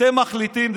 אתם מחליטים,